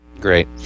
Great